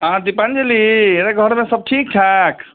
अहाँ दीपांजली मेरे घरमे सब ठीकठाक